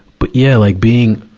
but, yeah, like being,